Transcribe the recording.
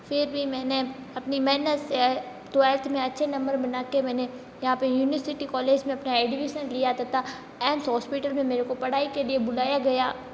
फिर भी मैंने अपनी मेहनत से ट्वेल्थ में अच्छे नंबर बनाके मैंने यहाँ पे यूनिसिटी कॉलेज में अपना एडमिशन लिया तथा ऐम्स होस्पिटल में मेरे को पढ़ाई के लिए बुलाया गया